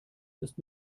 ist